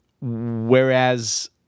whereas